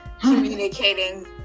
communicating